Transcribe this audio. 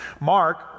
Mark